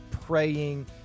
praying